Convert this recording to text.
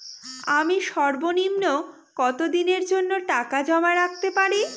আমি সর্বনিম্ন কতদিনের জন্য টাকা জমা রাখতে পারি?